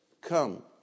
come